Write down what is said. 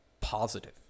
positive